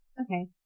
Okay